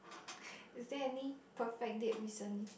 is there any perfect date recently